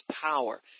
power